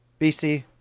BC